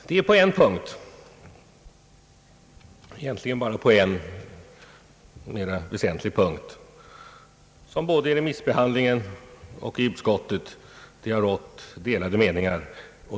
Det är egentligen bara på en mera väsentlig punkt som det både i remissbehandlingen och i utskottet har rått delade meningar.